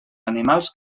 animals